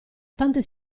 tante